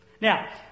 Now